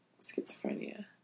schizophrenia